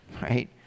right